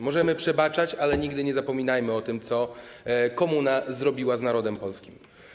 Możemy przebaczać, ale nigdy nie zapominajmy o tym, co komuna zrobiła z narodem polskim.